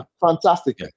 Fantastic